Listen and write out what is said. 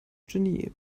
genie